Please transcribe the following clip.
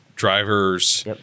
Drivers